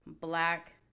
black